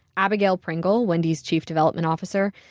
abigail pringle, wendy's chief development officer,